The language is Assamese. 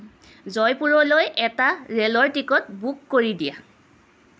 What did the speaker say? জয়পুৰলৈ এটা ৰে'লৰ টিকট বুক কৰি দিয়া